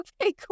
okay